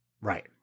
Right